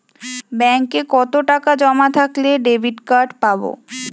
ব্যাঙ্কে কতটাকা জমা থাকলে ডেবিটকার্ড পাব?